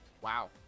Wow